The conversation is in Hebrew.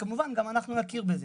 כמובן גם אנחנו נכיר בזה.